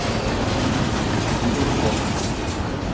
ᱜᱤᱫᱟᱹᱨ ᱠᱚ